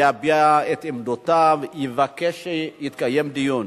יביע את עמדותיו, יבקש שיתקיים דיון.